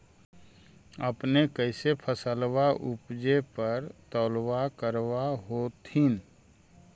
अपने कैसे फसलबा उपजे पर तौलबा करबा होत्थिन?